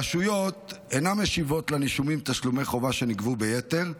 הרשויות אינן משיבות לנישומים תשלומי חובה שנגבו ביתר,